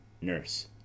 Nurse